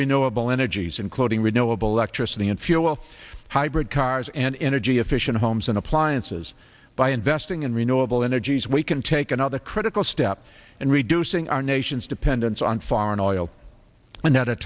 renewable energies including renewable electricity and fuel for hybrid cars and energy efficient homes and appliances by investing in renewable energies we can take another critical step and reducing our nation's dependence on foreign oil and at a